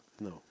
No